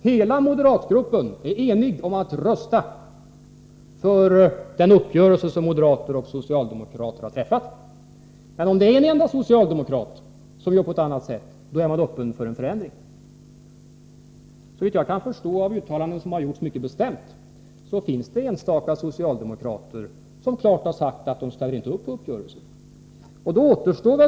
Hela moderatgruppen är enig om att rösta för den uppgörelse som moderater och socialdemokrater har träffat. Men om en enda socialdemokrat gör på ett annat sätt, då är man öppen för en förändring. Såvitt jag kan förstå av de uttalanden som gjorts mycket bestämt finns det enstaka socialdemokrater som klart sagt att de inte ställer upp för uppgörelsen.